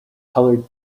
colored